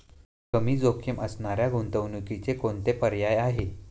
कमी जोखीम असणाऱ्या गुंतवणुकीचे कोणकोणते पर्याय आहे?